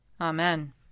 Amen